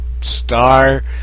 Star